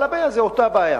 אבל הבעיה זו אותה בעיה,